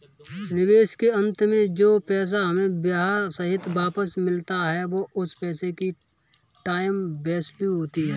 निवेश के अंत में जो पैसा हमें ब्याह सहित वापस मिलता है वो उस पैसे की टाइम वैल्यू होती है